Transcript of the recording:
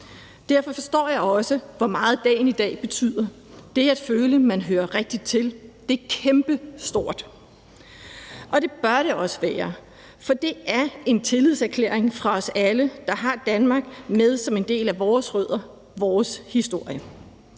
Derfor forstår jeg også, hvor meget dagen i dag betyder. Det at føle, man hører rigtig til, er kæmpestort. Og det bør det også være, for det er en tillidserklæring fra os alle, der har Danmark med som en del af vores rødder, vores historie.